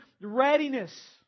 readiness